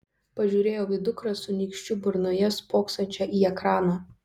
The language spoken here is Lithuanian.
pažiūrėjau į dukrą su nykščiu burnoje spoksančią į ekraną